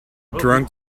drunk